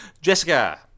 Jessica